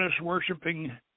worshipping